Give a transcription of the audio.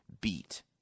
beat